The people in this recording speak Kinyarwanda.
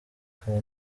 akaba